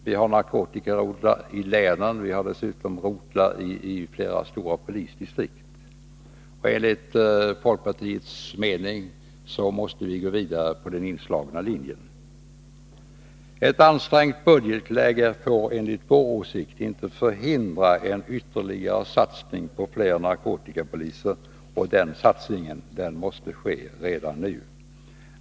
Vi har narkotikarotlar i länen och dessutom rotlar i flera stora polisdistrikt. Enligt folkpartiets mening måste vi gå vidare på den inslagna vägen. Ett ansträngt budgetläge får enligt vår åsikt inte förhindra ytterligare satsning på fler narkotikapoliser, och den satsningen måste ske redan nu.